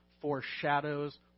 foreshadows